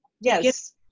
Yes